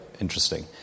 interesting